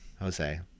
Jose